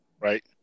Right